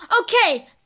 Okay